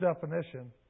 definition